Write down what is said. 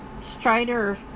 Strider